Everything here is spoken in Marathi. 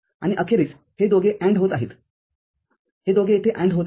आणि अखेरीसहे दोघे AND होत आहेतहे दोघे येथे AND होत आहेत